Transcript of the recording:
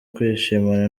kwishimana